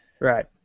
Right